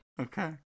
Okay